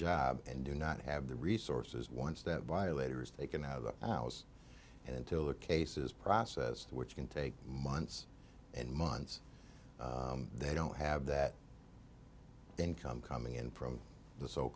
job and do not have the resources once that violators they can out of the house until their cases process which can take months and months they don't have that income coming in from the so